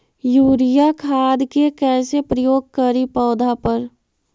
Urea खाद के कैसे प्रयोग करि पौधा पर?